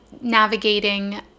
navigating